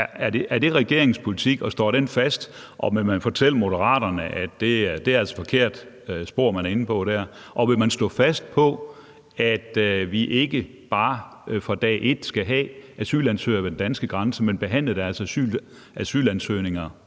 Er det regeringens politik, og står den fast? Og vil man fortælle Moderaterne, at det altså er et forkert spor, man er inde på der? Og vil man stå fast på, at vi ikke bare fra dag et skal have asylansøgere ved den danske grænse, men behandle deres asylansøgninger